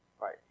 Right